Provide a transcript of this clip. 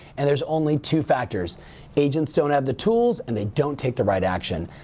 and there is only two factors agents don't have the tools, and they don't take the right action.